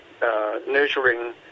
nurturing